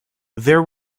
there